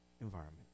environment